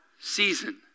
season